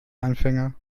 anfänger